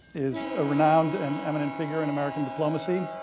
is a renowned and eminent figure in american diplomacy,